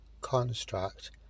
Construct